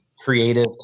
Creative